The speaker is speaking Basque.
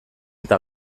eta